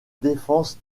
défense